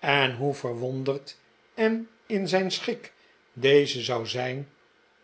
en hoe verwonderd en in zijn schik deze zou zijn